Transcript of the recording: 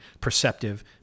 perceptive